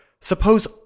Suppose